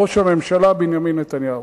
ראש הממשלה בנימין נתניהו.